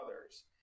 others